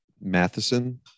Matheson